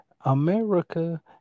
America